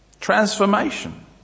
transformation